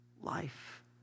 life